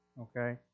Okay